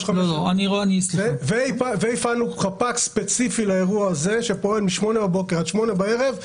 הפעלנו חפ"ק ספציפי לאירוע הזה שפועל מ-8:00 בבוקר עד 8:00 בערב.